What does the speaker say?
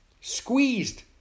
Squeezed